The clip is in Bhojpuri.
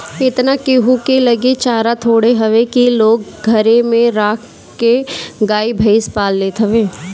एतना केहू के लगे चारा थोड़े हवे की लोग घरे में राख के गाई भईस पाल लेत हवे